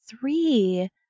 three